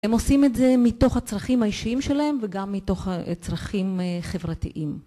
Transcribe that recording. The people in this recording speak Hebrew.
הם עושים את זה מתוך הצרכים האישיים שלהם וגם מתוך הצרכים חברתיים.